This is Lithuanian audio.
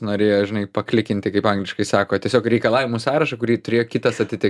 norėjo žinai paklikinti kaip angliškai sako tiesiog reikalavimų sąrašą kurį turėjo kitas atitikt